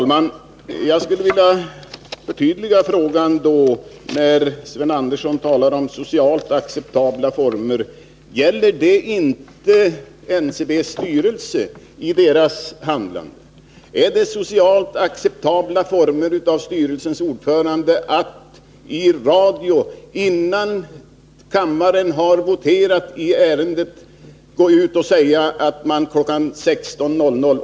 Fru talman! Jag skulle vilja förtydliga frågan, eftersom Sven Andersson talar om socialt acceptabla former. Gäller inte uttalandet att omstruktureringar skall ske i socialt acceptabla former även NCB:s styrelse och dess handlande? Är det fråga om socialt acceptabla former när styrelsens ordförande i radio, innan kammaren har voterat i ärendet, går ut och säger att varsel läggs kl. 16.00.